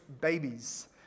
babies